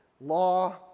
law